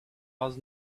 was